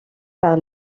par